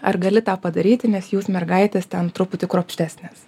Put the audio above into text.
ar gali tą padaryti nes jūs mergaitės ten truputį kruopštesnės